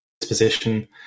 disposition